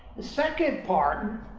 the second part